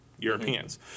Europeans